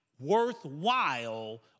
worthwhile